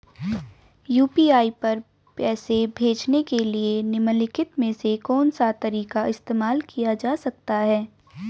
UPI पर पैसे भेजने के लिए निम्नलिखित में से कौन सा तरीका इस्तेमाल किया जा सकता है?